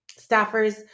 staffers